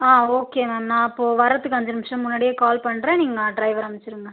ஆ okay ma'am நான் அப்போ வரத்துக்கு அஞ்சு நிமிஷம் முன்னடியே கால் பண்றேன் நீங்கள் டிரைவரை அனுப்பிச்சிருங்க